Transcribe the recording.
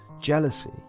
jealousy